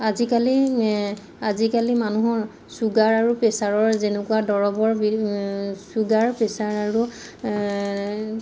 আজিকালি আজিকালি মানুহৰ ছুগাৰ আৰু প্ৰেছাৰৰ যেনেকুৱা দৰৱৰ বি ছুগাৰ প্ৰেচাৰ আৰু